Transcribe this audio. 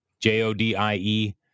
J-O-D-I-E